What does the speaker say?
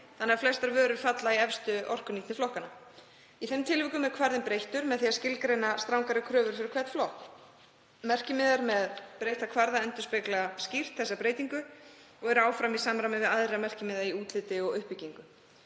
þannig að flestar vörur falla í efstu orkunýtniflokkanna. Í þeim tilvikum er kvarðinn breyttur með því að skilgreina strangari kröfur fyrir hvern flokk. Merkimiðar með breytta kvarða endurspegla skýrt þessa breytingu og eru áfram í samræmi við aðra merkimiða í útliti og uppbyggingu.